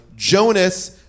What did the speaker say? Jonas